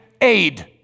aid